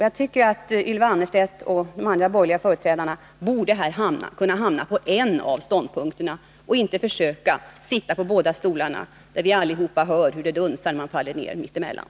Jag tycker att Ylva Annerstedt och de andra borgerliga företrädarna borde kunna hamna på en av ståndpunkterna och inte försöka sitta på båda stolarna, medan vi allihopa hör hur det dunsar när de faller ned mitt emellan.